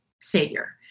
savior